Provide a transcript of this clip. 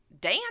Dan